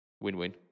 Win-win